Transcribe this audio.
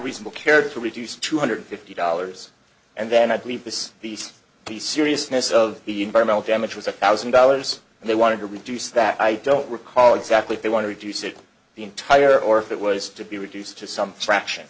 reasonable care to reduce two hundred fifty dollars and then i believe this these the seriousness of the environmental damage was a thousand dollars and they wanted to reduce that i don't recall exactly they want to reduce it to the entire or if it was to be reduced to some fraction